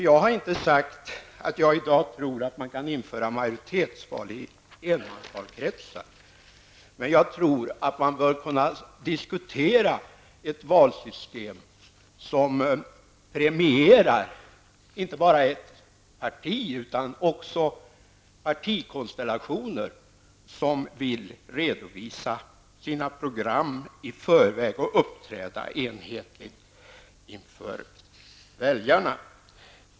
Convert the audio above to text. Jag har inte sagt att jag i dag tror att man kan införa majoritetsval i enmansvalkretsar. Men jag tror att man bör kunna diskutera ett valsystem som premierar inte bara ett parti utan också partikonstellationer som vill redovisa sina program i förväg och uppträda enhetligt inför väljarna.